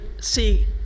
see